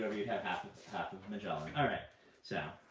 you'd have half but half of magellan. all right. so